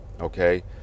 okay